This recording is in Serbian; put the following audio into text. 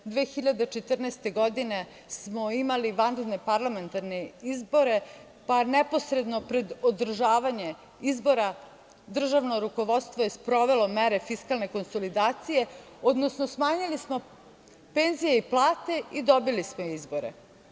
Godine 2014. smo imali vanredne parlamentarne izbore, pa neposredno pred održavanje izbora državno rukovodstvo je sprovelo mere fiskalne konsolidacije, odnosno smanjili smo penzije i plate i dobili smo izbore.